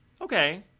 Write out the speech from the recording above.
Okay